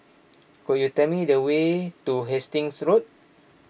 could you tell me the way to Hastings Road